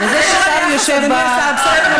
איזה בושה.